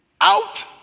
out